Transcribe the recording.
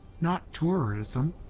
not tourism.